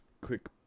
Quick